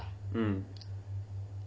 mmhmm